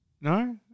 No